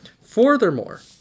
Furthermore